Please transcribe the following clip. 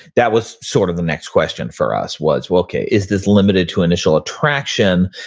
that was sort of the next question for us was, well, okay, is this limited to initial attraction?